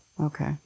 Okay